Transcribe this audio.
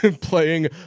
playing